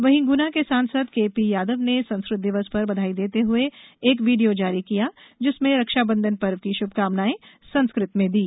वहीं गुना के सांसद के पी यादव ने संस्कृत दिवस पर बधाई देते हुए एक वीडियो जारी किया जिसमें रक्षाबंधन पर्व की शुभकामनायें संस्कृत में दी